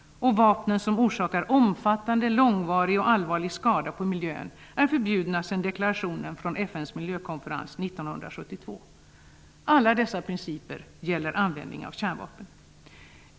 Vapen som orsakar omfattande, långvarig och allvarlig skada på miljön är förbjudna sen deklarationen från FN:s miljökonferens l972. Alla dessa principer gäller användning av kärnvapen.